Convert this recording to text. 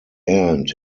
end